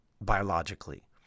biologically